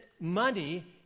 money